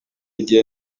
gihe